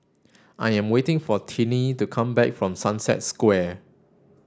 I am waiting for Tinie to come back from Sunset Square